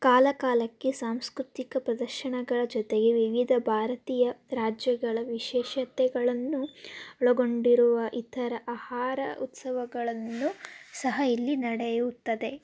ಕಾಲಕಾಲಕ್ಕೆ ಸಾಂಸ್ಕೃತಿಕ ಪ್ರದರ್ಶನಗಳ ಜೊತೆಗೆ ವಿವಿಧ ಭಾರತೀಯ ರಾಜ್ಯಗಳ ವಿಶೇಷತೆಗಳನ್ನು ಒಳಗೊಂಡಿರುವ ಇತರ ಆಹಾರ ಉತ್ಸವಗಳನ್ನು ಸಹ ಇಲ್ಲಿ ನಡೆಯುತ್ತದೆ